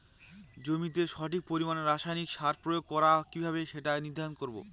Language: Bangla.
জমিতে সঠিক পরিমাণে রাসায়নিক সার প্রয়োগ করা কিভাবে সেটা নির্ধারণ করব?